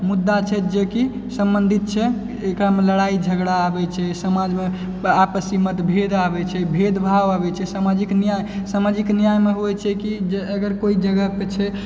मुद्दा छै जेकि सम्बन्धित छै एकरामे लड़ाइ झगड़ा आबै छै समाजमे आपसी मतभेद आबै छै भेदभाव आबै छै सामाजिक न्याय सामाजिक न्यायमे होइ छै कि अगर कोई जगहपर छै